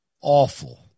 Awful